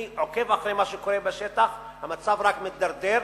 אני עוקב אחרי מה שקורה בשטח, והמצב רק מידרדר.